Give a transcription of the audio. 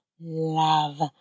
love